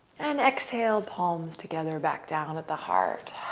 and exhale, palms together back down at the heart.